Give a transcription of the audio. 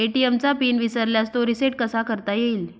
ATM चा PIN विसरल्यास तो रिसेट कसा करता येईल?